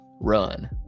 run